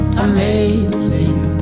amazing